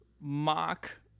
Mock